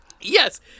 Yes